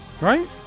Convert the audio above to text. right